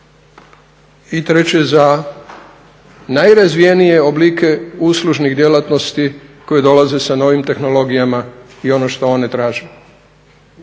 i treće za najrazvijenije oblike uslužnih djelatnosti koje dolaze sa novim tehnologijama i ono što one traže